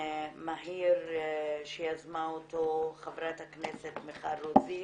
מהיר שיזמה אותו חברת הכנסת מיכל רוזין,